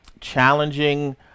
challenging